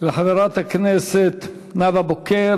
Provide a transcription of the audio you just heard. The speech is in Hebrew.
לחברת הכנסת נאוה בוקר.